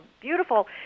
beautiful